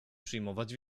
przyjmować